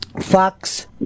Fox